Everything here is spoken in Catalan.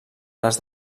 les